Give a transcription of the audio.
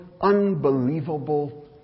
unbelievable